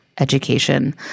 Education